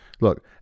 look